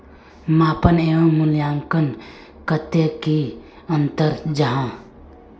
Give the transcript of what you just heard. मापन एवं मूल्यांकन कतेक की अंतर जाहा?